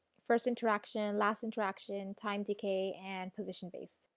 first interaction, last interaction, time decay and position based.